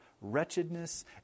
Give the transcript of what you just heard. wretchedness